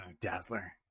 Dazzler